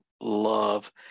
love